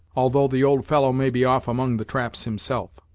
although the old fellow may be off among the traps himself.